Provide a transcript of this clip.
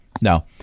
No